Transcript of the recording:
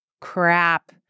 crap